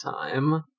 time